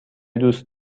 دوست